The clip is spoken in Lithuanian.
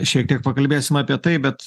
šiek tiek pakalbėsim apie tai bet